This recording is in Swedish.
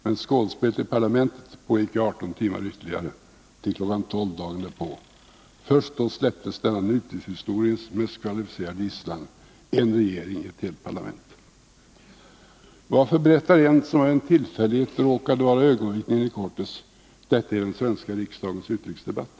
Men skådespelet i parlamentet pågick i 18 timmar ytterligare, till kl. 12 dagen därpå. Först då släpptes denna nutidshistoriens mest kvalificerade gisslan: en regering, ett helt parlament. Varför berättar en, som av en tillfällighet råkade vara ögonvittne inne i Cortes, detta i den svenska riksdagens utrikesdebatt?